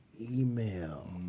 email